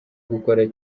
gukora